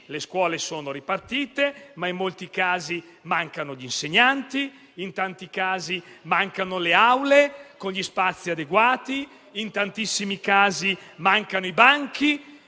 le scuole sono ripartite, ma in molti casi mancano gli insegnanti, mancano le aule con gli spazi adeguati e in tantissimi casi mancano i famosi